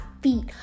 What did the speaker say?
feet